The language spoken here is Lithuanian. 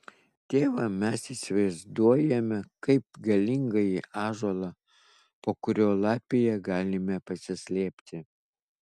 tėvą mes įsivaizduojame kaip galingąjį ąžuolą po kurio lapija galime pasislėpti